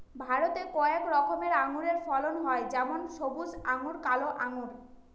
ভারতে কয়েক রকমের আঙুরের ফলন হয় যেমন সবুজ আঙ্গুর, কালো আঙ্গুর